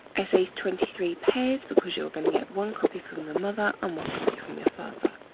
i say twenty three pairs because you're going to get one copy from the mother on one copy from your father.